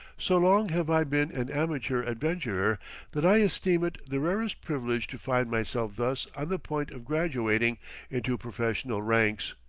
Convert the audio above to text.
so long have i been an amateur adventurer that i esteem it the rarest privilege to find myself thus on the point of graduating into professional ranks.